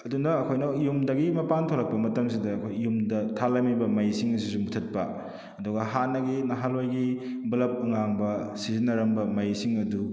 ꯑꯗꯨꯅ ꯑꯩꯈꯣꯏꯅ ꯌꯨꯝꯗꯒꯤ ꯃꯄꯥꯟ ꯊꯣꯛꯂꯛꯄ ꯃꯇꯝꯁꯤꯗ ꯑꯩꯈꯣꯏ ꯌꯨꯝꯗ ꯊꯥꯜꯂꯝꯂꯤꯕ ꯃꯩꯁꯤꯡ ꯑꯁꯤꯁꯨ ꯃꯨꯊꯠꯄ ꯑꯗꯨꯒ ꯍꯥꯟꯅꯒꯤ ꯅꯍꯥꯟꯋꯥꯏꯒꯤ ꯕ꯭ꯂꯕ ꯑꯉꯥꯡꯕ ꯁꯤꯖꯤꯟꯅꯔꯝꯕ ꯃꯩꯁꯤꯡ ꯑꯗꯨ